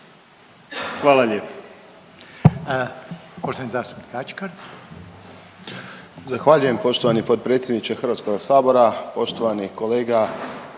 Hvala lijepo.